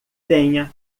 tenha